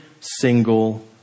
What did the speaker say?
single